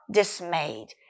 dismayed